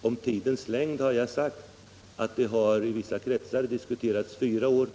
Om omställningstidens längd har jag redan sagt att det i vissa kretsar har diskuterats fyra år.